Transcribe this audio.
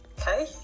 Okay